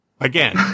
Again